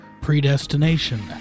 Predestination